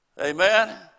Amen